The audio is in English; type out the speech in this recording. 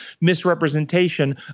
misrepresentation